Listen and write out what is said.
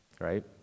right